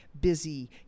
busy